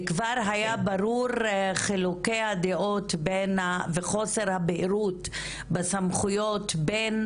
כבר אז היו ברורים חילוקי הדעות וחוסר הבהירות בסמכויות בין